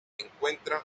encuentra